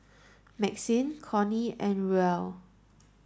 Maxine Cornie and Ruel